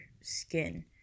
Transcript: skin